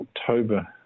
October